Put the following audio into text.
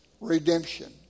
redemption